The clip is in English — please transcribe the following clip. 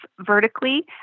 vertically